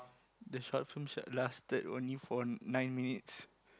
the short film set lasted only for nine minutes